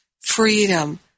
freedom